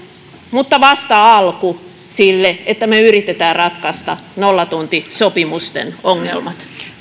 mutta vasta alku sille että me yritämme ratkaista nollatuntisopimusten ongelmat